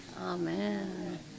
Amen